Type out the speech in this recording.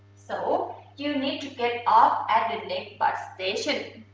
so you need to get off at the next bus station.